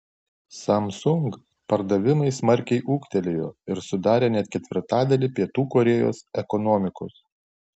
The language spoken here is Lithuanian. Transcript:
samsung pardavimai smarkiai ūgtelėjo ir sudarė net ketvirtadalį pietų korėjos ekonomikos